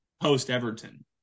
post-Everton